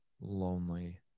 lonely